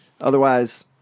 Otherwise